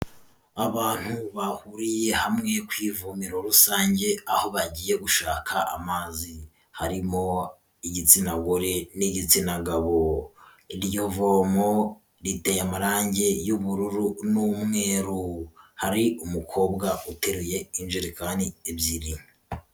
Abantu bahuriye hamwe, ku ivomero rusange, aho bagiye gushaka amazi. Harimo igitsina gore, n'igitsina gabo. Iryo vomo, riteye amarangi y'ubururu n'umweru. Hari umukobwa uteruye injerekani ebyiri.